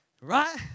Right